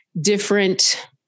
different